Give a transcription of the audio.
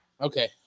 Okay